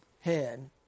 head